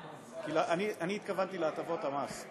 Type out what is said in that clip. אני התכוונתי להטבות המס,